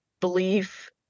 belief